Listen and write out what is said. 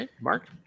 Mark